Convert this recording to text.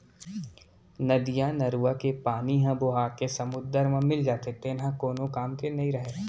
नदियाँ, नरूवा के पानी ह बोहाके समुद्दर म मिल जाथे तेन ह कोनो काम के नइ रहय